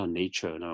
nature